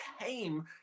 came